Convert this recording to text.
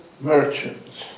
merchants